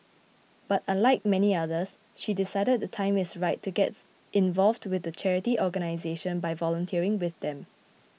but unlike many others she decided the time is ripe to get involved with the charity organisation by volunteering with them